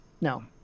No